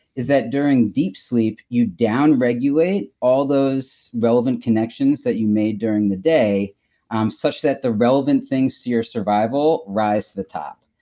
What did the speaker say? is that during deep sleep you down regulate all those relevant connections that you made during the day um such that the relevant things to your survival rise to the top.